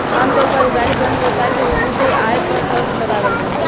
आमतौर पर अधिकारी कवनो व्यवसाय के शुद्ध आय पर कर लगावेलन